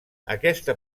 aquesta